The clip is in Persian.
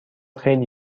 خیلی